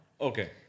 Okay